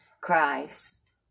Christ